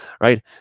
right